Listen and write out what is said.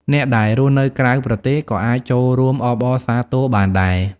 អ្នកដែលរស់នៅក្រៅប្រទេសក៏អាចចូលរួមអបអរសាទរបានដែរ។